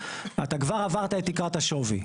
אתה כבר עברת את תקרת השווי.